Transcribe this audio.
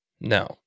No